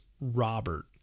Robert